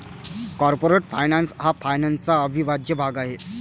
corporate finance हा फायनान्सचा अविभाज्य भाग आहे